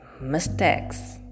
mistakes